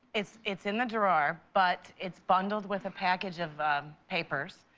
it's it's in the drawer, but it's bundled with a package of papers,